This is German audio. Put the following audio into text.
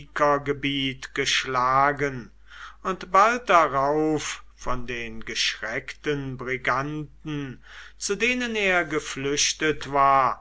geschlagen und bald darauf von den geschreckten briganten zu denen er geflüchtet war